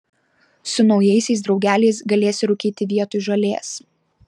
su naujaisiais draugeliais galėsi rūkyti vietoj žolės